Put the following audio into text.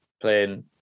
playing